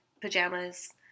pajamas